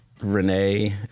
Renee